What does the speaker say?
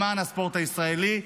למען הספורט הישראלי.